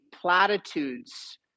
platitudes